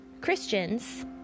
Christians